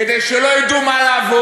כדי שלא ידעו מה לעבוד.